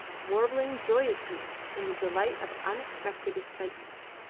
warbling joyously, in the delight of unexpected excitement.